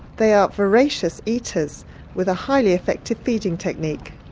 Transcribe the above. they are voracious eaters with a highly effective feeding technique.